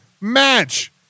match